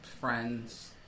friend's